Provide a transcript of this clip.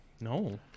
No